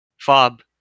FOB